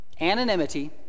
Anonymity